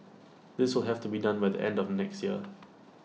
this will have to be done by the end of next year